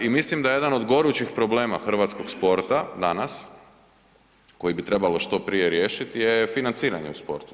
I mislim da je jedan od gorućih problema hrvatskog sporta danas, koji bi trebalo što prije riješit, je financiranje u sportu.